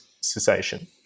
cessation